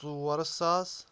ژور ساس